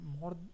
more